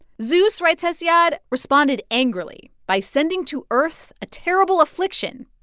zeus, writes hesiod, responded angrily by sending to earth a terrible affliction